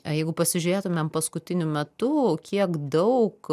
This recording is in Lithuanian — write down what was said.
jeigu pasižiūrėtumėm paskutiniu metu kiek daug